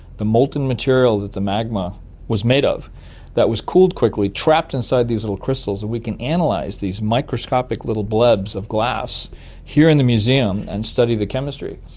the molten material that the magma was made of that was cooled quickly, trapped inside these little crystals, and we can analyse and like these microscopic little blebs of glass here in the museum and study the chemistry.